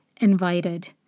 invited